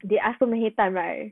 they ask too many time right